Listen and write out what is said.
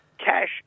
Cash